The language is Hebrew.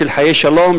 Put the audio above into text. של חיי שלום,